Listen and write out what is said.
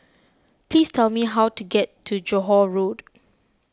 please tell me how to get to Johore Road